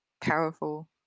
powerful